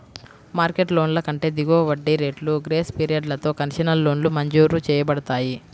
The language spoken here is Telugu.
మార్కెట్ లోన్ల కంటే దిగువ వడ్డీ రేట్లు, గ్రేస్ పీరియడ్లతో కన్సెషనల్ లోన్లు మంజూరు చేయబడతాయి